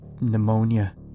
pneumonia